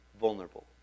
vulnerable